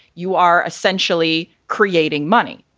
you are essentially creating money.